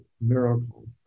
miracle